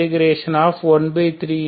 F e 13d